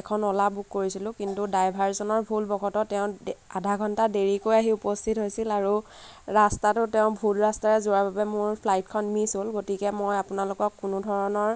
এখন অ'লা বুক কৰিছিলোঁ কিন্তু ড্ৰাইভাৰজনৰ ভুলবশতঃ আধা ঘণ্টা দেৰিকৈ আহি উপস্থিত হৈছিল আৰু ৰাস্তাটো তেওঁ ভুল ৰাস্তাৰে যোৱাৰ বাবে মোৰ ফ্লাইটখন মিছ হ'ল গতিকে মই আপোনালোকক কোনো ধৰণৰ